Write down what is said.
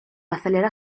acelera